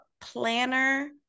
planner